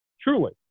Truly